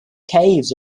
caves